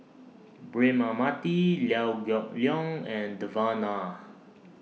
Braema Mathi Liew Geok Leong and Devan Nair